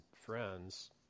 friends